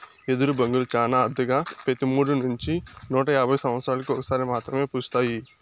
ఎదరు బొంగులు చానా అరుదుగా పెతి మూడు నుంచి నూట యాభై సమత్సరాలకు ఒక సారి మాత్రమే పూస్తాయి